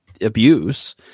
abuse